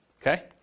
okay